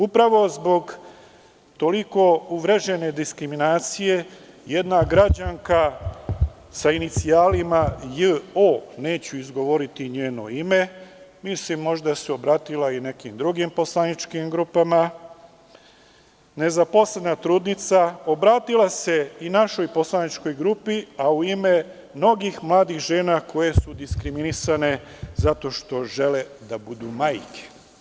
Upravo zbog toliko uvrežene diskriminacije jedna građanka sa inicijalima J.O, neću izgovoriti njeno ime, možda se obratila i nekim drugim poslaničkim grupama, nezaposlena trudnica, obratila se i našoj poslaničkoj grupi, a u ime mnogih mladih žena koje su diskriminisane zato što žele da budu majke.